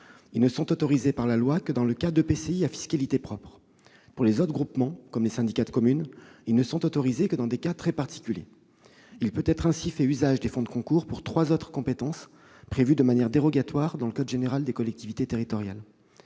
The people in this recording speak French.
de coopération intercommunale, ou EPCI, à fiscalité propre. Pour les autres groupements, comme les syndicats de communes, ils ne sont autorisés que dans des cas très particuliers. Il peut ainsi être fait usage des fonds de concours pour trois autres compétences prévues de manière dérogatoire dans le code général des collectivités territoriales